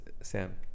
Sam